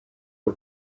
for